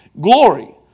Glory